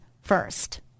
first